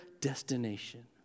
destination